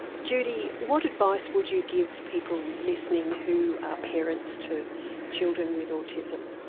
judy, what advice would you give people listening who are parents to children with autism?